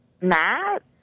Matt